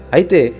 Aite